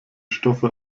stoffe